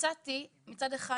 יצאתי מצד אחד